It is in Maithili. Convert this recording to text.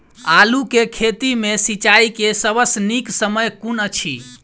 आलु केँ खेत मे सिंचाई केँ सबसँ नीक समय कुन अछि?